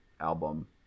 album